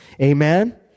Amen